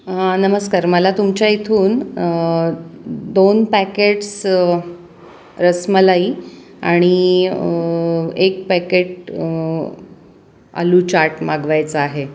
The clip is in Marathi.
नमस्कार मला तुमच्या इथून दोन पॅकेट्स रसमलाई आणि एक पॅकेट आलू चाट मागवायचा आहे